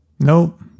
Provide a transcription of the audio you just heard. Nope